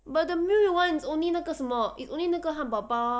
but the meal [one] is only 那个汉堡包 ah